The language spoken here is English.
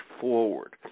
forward